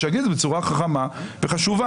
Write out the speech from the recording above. אז שיגיד בצורה חכמה וחשובה.